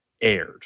aired